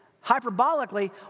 hyperbolically